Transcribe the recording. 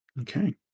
Okay